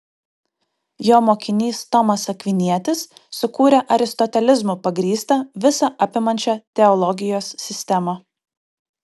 jo mokinys tomas akvinietis sukūrė aristotelizmu pagrįstą visa apimančią teologijos sistemą